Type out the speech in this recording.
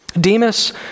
Demas